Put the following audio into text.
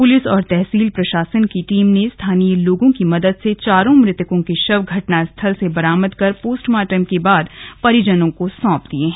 police और तहसील प्रशासन की टीम ने स्थानीय लोगों की मदद से चारों मृतकों के शव घटना स्थल से बरामद कर पोस्टमार्टम के बाद परिजनों को सौंप दिए हैं